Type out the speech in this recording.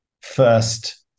first